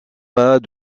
pas